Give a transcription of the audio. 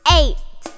eight